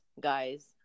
guys